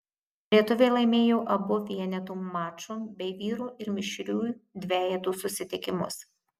lietuviai laimėjo abu vienetų maču bei vyrų ir mišrių dvejetų susitikimus